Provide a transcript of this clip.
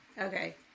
Okay